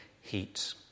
heat